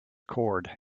cord